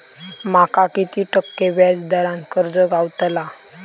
माका किती टक्के व्याज दरान कर्ज गावतला?